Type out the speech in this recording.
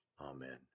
Amen